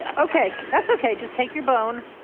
ok. that's ok. just take your bone.